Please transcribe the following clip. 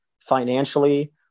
financially